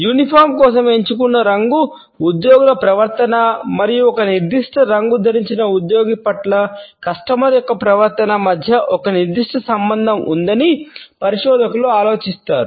uniform యొక్క ప్రవర్తన మధ్య ఒక నిర్దిష్ట సంబంధం ఉందని పరిశోధకులు ఆలోచిస్తారు